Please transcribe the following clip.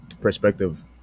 perspective